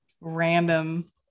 random